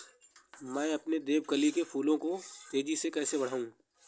मैं अपने देवकली के फूल को तेजी से कैसे बढाऊं?